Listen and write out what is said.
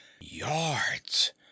Yards